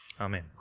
Amen